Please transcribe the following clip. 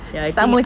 ya I think